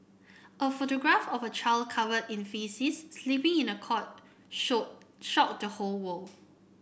a photograph of a child covered in faeces sleeping in a cot shot shocked the whole world